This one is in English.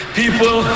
people